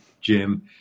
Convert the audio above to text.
Jim